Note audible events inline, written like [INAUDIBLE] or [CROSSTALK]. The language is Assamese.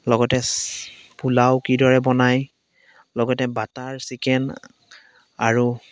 লগতে [UNINTELLIGIBLE] পোলাও কিদৰে বনাই লগতে বাটাৰ চিকেন আৰু